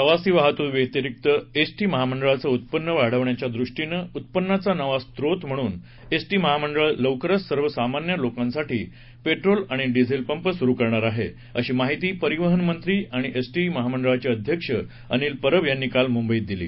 प्रवासी वाहतुकीव्यतिरिक्त एसटी महामंडळाचं उत्पन्न वाढवण्याच्या दृष्टीनं उत्पन्नाचा नवा स्रोत म्हणून एसटी महामंडळ लवकरच सर्वसामान्य लोकांसाठी पेट्रोल आणि डिझेल पंप सुरु करणार आहे अशी माहिती परिवहन मंत्री आणि एसटी महामंडळाचे अध्यक्ष अनिल परब यांनी काल मुंबईत दिली